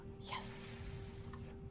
Yes